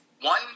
one